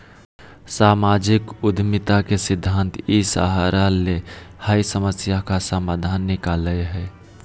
सामाजिक उद्यमिता के सिद्धान्त इ सहारा ले हइ समस्या का समाधान निकलैय हइ